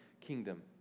Kingdom